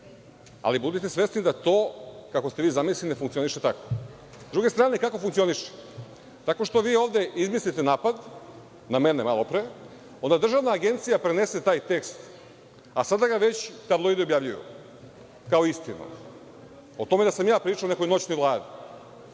Ali, budite svesni da to kako ste vi zamislili ne funkcioniše tako. Sa druge strane, kako funkcioniše, tako što vi ovde izmislite napad na mene malopre, onda Državna agencija prenese taj tekst, a sada ga već tabloidi objavljuju, kao istinu, o tome da sam ja pričao o nekoj noćnoj